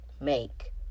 make